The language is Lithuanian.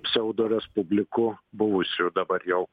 pseudorespublikų buvusių dabar jau